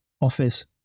office